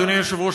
אדוני היושב-ראש,